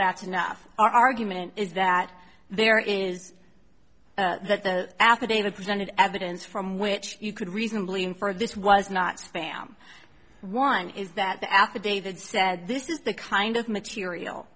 that's enough our argument is that there is that the affidavit presented evidence from which you could reasonably infer this was not spam one is that the affidavit said this is the kind of material